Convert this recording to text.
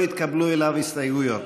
לא התקבלו לו הסתייגויות.